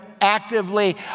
actively